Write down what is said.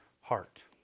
heart